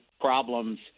problems